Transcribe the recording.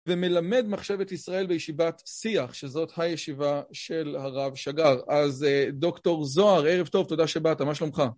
ומלמד מחשבת ישראל בישיבת שיח, שזאת הישיבה של הרב שגר. אז דוקטור זוהר, ערב טוב, תודה שבאת, מה שלומך?